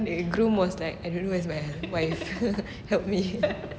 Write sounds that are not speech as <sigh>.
the groom was like I don't know where's my wife <laughs> help me